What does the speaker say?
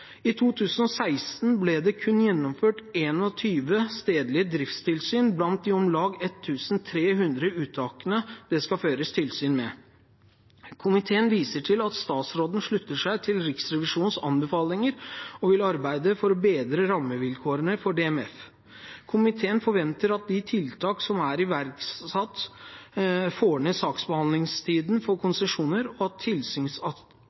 I 2016 ble det kun gjennomført 21 stedlige driftstilsyn blant de om lag 1 300 uttakene det skal føres tilsyn med. Komiteen viser til at statsråden slutter seg til Riksrevisjonens anbefalinger og vil arbeide for å bedre rammevilkårene for DMF. Komiteen forventer at de tiltak som er iverksatt, får ned saksbehandlingstiden for